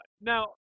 Now